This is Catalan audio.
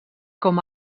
com